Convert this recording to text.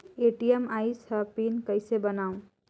ATM आइस ह pin कइसे बनाओ?